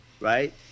right